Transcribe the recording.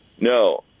No